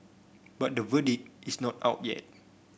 but the verdict is not out yet